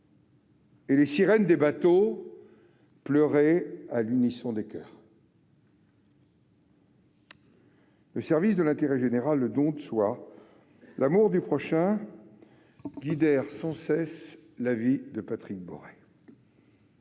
Et les sirènes des bateaux « pleuraient » à l'unisson des coeurs. Le service de l'intérêt général, le don de soi et l'amour du prochain guidèrent sans cesse la vie de Patrick Boré.